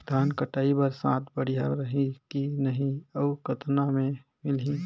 धान कटाई बर साथ बढ़िया रही की नहीं अउ कतना मे मिलही?